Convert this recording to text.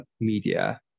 media